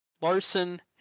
Larson